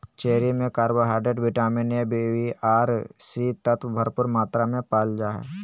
cherry में carbohydrate, vitamin A, B आर C तत्व भरपूर मात्रा में पायल जा हइ